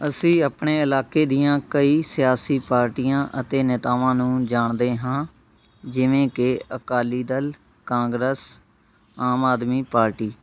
ਅਸੀਂ ਆਪਣੇ ਇਲਾਕੇ ਦੀਆਂ ਕਈ ਸਿਆਸੀ ਪਾਰਟੀਆਂ ਅਤੇ ਨੇਤਾਵਾਂ ਨੂੰ ਜਾਣਦੇ ਹਾਂ ਜਿਵੇਂ ਕਿ ਅਕਾਲੀ ਦਲ ਕਾਂਗਰਸ ਆਮ ਆਦਮੀ ਪਾਰਟੀ